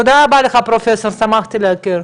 תודה רבה לך, פרופסור, שמחתי להכיר.